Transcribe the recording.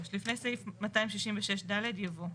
(3) לפני סעיף 266ד יבוא: